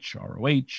ROH